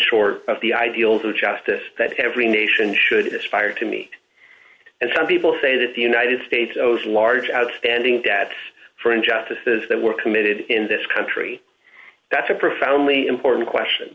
short of the ideals of justice that every nation should aspire to meet and some people say that the united states owes large outstanding debt for injustices that were committed in this country that's a profoundly important question